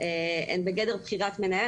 הן בגדר בחירת מנהל.